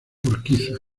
urquiza